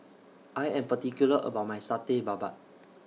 I Am particular about My Satay Babat